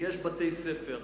יש בתי-ספר,